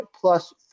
plus